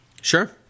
sure